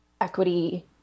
equity